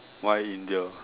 why India